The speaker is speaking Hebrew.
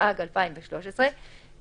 התשע"ג 2013‏ ,